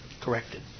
corrected